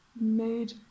made